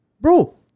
bro